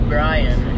Brian